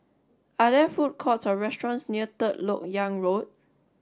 are there food courts or restaurants near Third Lok Yang Road